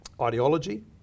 ideology